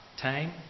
time